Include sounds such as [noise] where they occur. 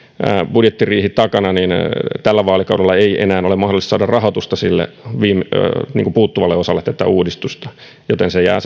budjettiriihen ollessa takana tällä vaalikaudella ei enää ole mahdollista saada rahoitusta sille puuttuvalle osalle tätä uudistusta joten se jää [unintelligible]